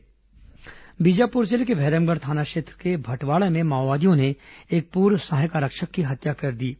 माओवादी घटना बीजापुर जिले के भैरमगढ़ थाना क्षेत्र के भटवाड़ा में माओवादियों ने एक पूर्व सहायक आरक्षक की हत्या कर दी है